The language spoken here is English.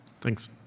Thanks